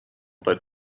but